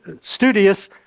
studious